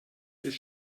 ist